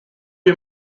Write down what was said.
you